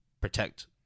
protect